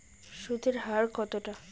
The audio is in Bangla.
সুদের হার কতটা?